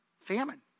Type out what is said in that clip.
Famine